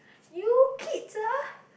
you kids ah